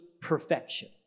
perfection